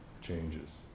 changes